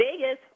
Vegas